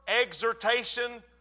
exhortation